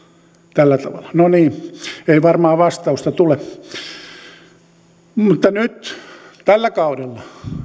tällä tavalla no niin ei varmaan vastausta tule nyt tällä kaudella